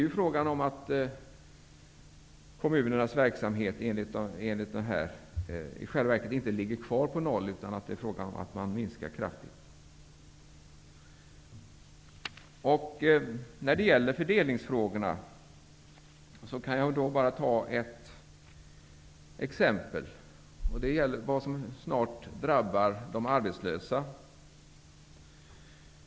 Kommunernas verksamhet kommer i själva verket inte att ligga kvar på noll, utan det är fråga om en kraftig minskning. När det gäller fördelningsfrågorna kan jag ta ett exempel. Det gäller vad som snart kommer att drabba de arbetslösa.